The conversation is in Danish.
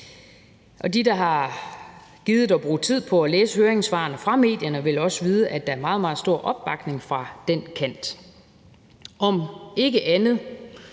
De, der har gidet at bruge tid på at læse høringssvarene fra medierne, vil også vide, at der er meget, meget stor opbakning fra den kant. Om ikke andet